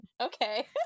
Okay